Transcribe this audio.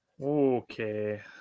Okay